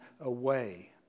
away